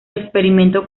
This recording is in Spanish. experimento